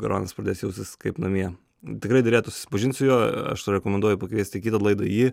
goranas pradės jaustis kaip namie tikrai derėtų susipažint su juo aš tau rekomenduoju pakviesti į kitą laidą jį